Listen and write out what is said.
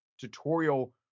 tutorial